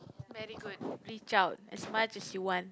very good reach out as much as you want